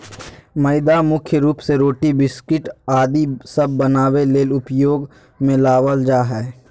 मैदा मुख्य रूप से रोटी, बिस्किट आदि सब बनावे ले उपयोग मे लावल जा हय